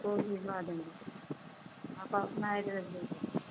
تو بھجوا دیں گے آپ اپنا ایڈریس بھیجو